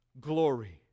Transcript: glory